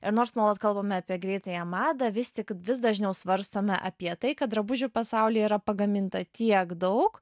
ir nors nuolat kalbame apie greitąją madą vis tik vis dažniau svarstome apie tai kad drabužių pasaulyje yra pagaminta tiek daug